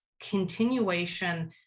continuation